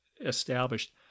established